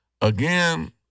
Again